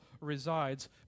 resides